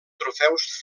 trofeus